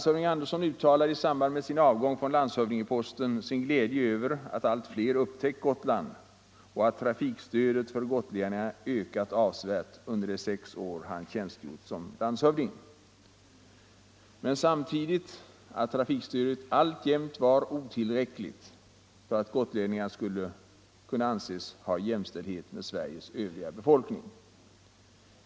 Han uttalade i samband med sin avgång från landshövdingeposten sin glädje över att allt fler upptäckt Gotland och att trafikstödet för gotlänningarna ökat avsevärt under de sex år han tjänstgjort som landshövding. Men samtidigt framhöll han att trafikstödet alltjämt var otillräckligt och måste öka för att gotlänningarna skulle uppnå jämställdhet med Sveriges övriga befolkning.